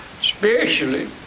spiritually